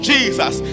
Jesus